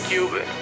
Cuban